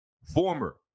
Former